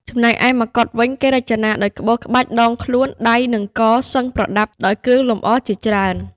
ចំណែកឯម្កុដវិញ គេរចនាដោយក្បូរក្បាច់ ដងខ្លួន ដៃ និងក សឹងប្រដាប់ដោយគ្រឿងអលង្ការជាច្រើន។